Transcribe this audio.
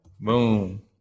Boom